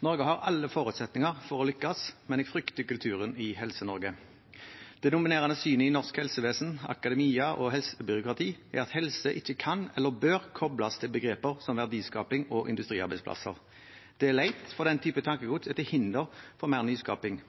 Norge har alle forutsetninger for å lykkes, men jeg frykter kulturen i Helse-Norge. Det dominerende synet i norsk helsevesen, akademia og helsebyråkrati er at helse ikke kan eller bør kobles til begreper som verdiskaping og industriarbeidsplasser. Det er leit, for den typen tankegods er til hinder for mer nyskaping.